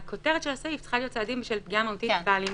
הכותרת של הסעיף צריכה להיות: "סעדים בשל פגיעה מהותית בבעל עניין".